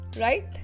Right